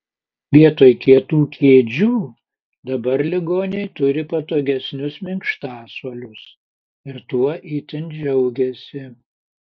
vietoj kietų kėdžių dabar ligoniai turi patogesnius minkštasuolius ir tuo itin džiaugiasi